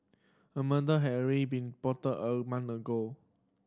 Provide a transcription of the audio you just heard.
a murder had already been plotted a month ago